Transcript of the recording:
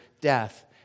death